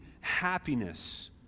happiness